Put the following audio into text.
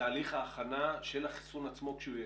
בתהליך ההכנה של החיסון עצמו כשהוא יגיע?